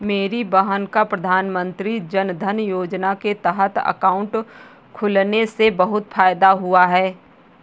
मेरी बहन का प्रधानमंत्री जनधन योजना के तहत अकाउंट खुलने से बहुत फायदा हुआ है